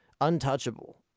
untouchable